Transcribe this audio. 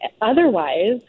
Otherwise